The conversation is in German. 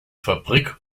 fabrik